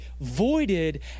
voided